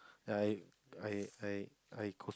ya If I I I I